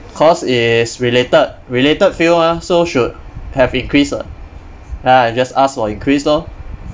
cause it's related related field mah so should have increase ah ah just ask for increase lor